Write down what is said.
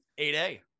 8a